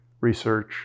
research